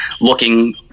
looking